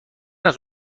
است